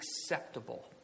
acceptable